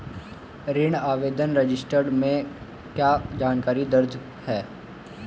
ऋण आवेदन रजिस्टर में क्या जानकारी दर्ज है?